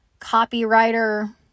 copywriter